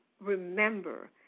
remember